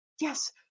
yes